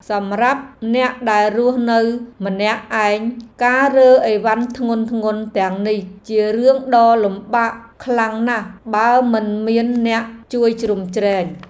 សម្រាប់អ្នកដែលរស់នៅម្នាក់ឯងការរើអីវ៉ាន់ធ្ងន់ៗទាំងនេះជារឿងដ៏លំបាកខ្លាំងណាស់បើមិនមានអ្នកជួយជ្រោមជ្រែង។